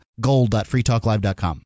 Gold.freetalklive.com